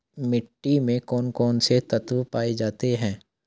मिट्टी में कौन कौन से तत्व पाए जाते हैं?